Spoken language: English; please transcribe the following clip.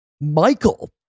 Michael